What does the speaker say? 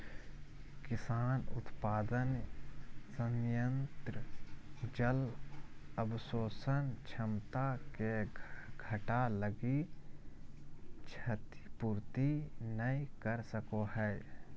किसान उत्पादन संयंत्र जल अवशोषण क्षमता के घटा लगी क्षतिपूर्ति नैय कर सको हइ